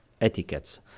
etiquettes